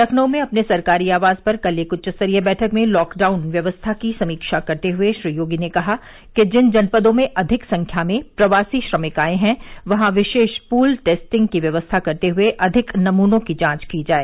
लखनऊ में अपने सरकारी आवास पर कल एक उच्च स्तरीय बैठक में लॉकडाउन व्यवस्था की समीक्षा करते हुए श्री योगी ने कहा कि जिन जनपदों में अधिक संख्या में प्रवासी श्रमिक आए हैं वहां विशेष पूल टेस्टिंग की व्यवस्था करते हए अधिक नमूनों की जांच की जाए